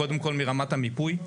קודם כל ברמת המיפוי.